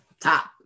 top